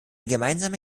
gemeinsame